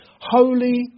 Holy